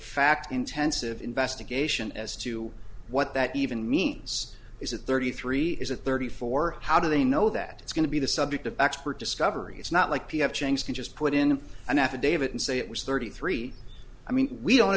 fact intensive investigation as to what that even means is that thirty three is a thirty four how do they know that it's going to be the subject of expert discovery it's not like he have changed he just put in an affidavit and say it was thirty three i mean we don't